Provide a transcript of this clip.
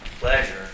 pleasure